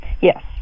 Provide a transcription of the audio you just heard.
Yes